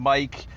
Mike